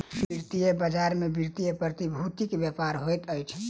वित्तीय बजार में वित्तीय प्रतिभूतिक व्यापार होइत अछि